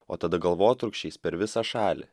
o tada galvotrūkčiais per visą šalį